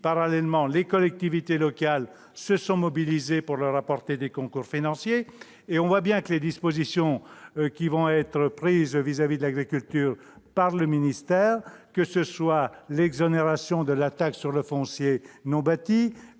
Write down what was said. parallèlement, les collectivités locales se sont mobilisées pour leur apporter des concours financiers. On voit bien que les dispositions prises vis-à-vis de l'agriculture par le ministère, que ce soit l'exonération de la taxe sur le foncier non bâti